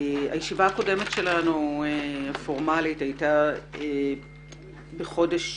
הישיבה הפורמלית הקודמת שלנו הייתה בחודש יולי,